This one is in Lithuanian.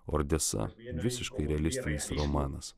ordesa visiškai realistinis romanas